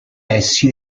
essi